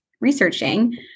researching